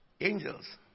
Angels